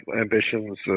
ambitions